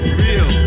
real